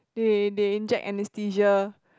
they they inject anaesthesia